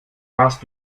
warst